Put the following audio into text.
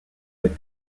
des